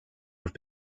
have